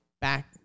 back